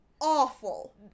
awful